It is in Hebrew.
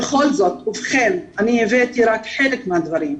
ובכן, אני הבאתי רק חלק מהדברים,